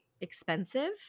expensive